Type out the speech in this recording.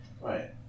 Right